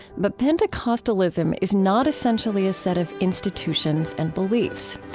but pentecostalism is not essentially a set of institutions and beliefs.